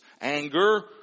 Anger